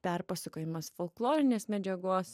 perpasakojimas folklorinės medžiagos